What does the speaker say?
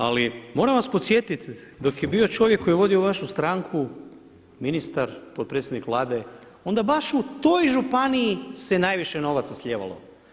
Ali moram vas podsjetit dok je bio čovjek koji je vodio vašu stranku, ministar, potpredsjednik Vlade onda baš u toj županiji se najviše novaca slijevalo.